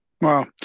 wow